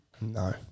No